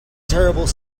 terrible